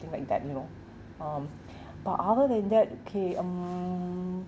like that you know um but other than that okay mm